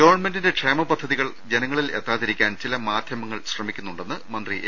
ഗവൺമെന്റിന്റെ ക്ഷേമ പദ്ധതികൾ ജനങ്ങളിൽ എത്താതി രിക്കാൻ ചില ്രമാധ്യമങ്ങൾ ശ്രമിക്കുന്നുണ്ടെന്ന് മന്ത്രി എ